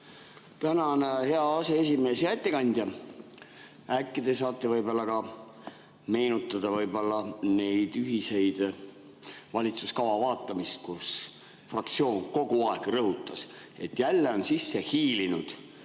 Tänan hea aseesimees! Hea ettekandja! Äkki te saate võib-olla ka meenutada neid ühiseid valitsuskava vaatamisi, kus fraktsioon kogu aeg rõhutas, et jälle on sisse hiilinud